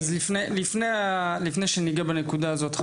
לפני שניגע בנקודה הזאת,